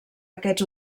aquests